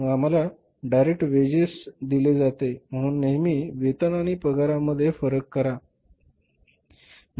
मग आम्हाला direct wages दिले जाते म्हणून नेहमी वेतन आणि पगारामध्ये फरक करा